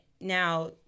now